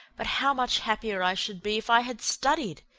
but how much happier i should be if i had studied!